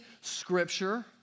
Scripture